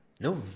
No